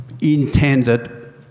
intended